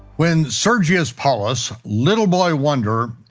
when sergius paulus, little boy wonder,